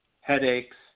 headaches